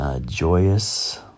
joyous